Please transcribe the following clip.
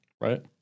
Right